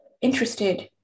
interested